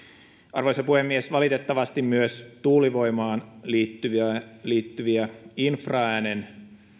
arvoisa puhemies valitettavasti myös tuulivoimaan liittyviä liittyviä infraäänen